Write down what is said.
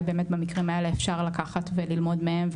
באמת במקרים האלה אפשר לקחת וללמוד מהם,